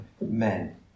men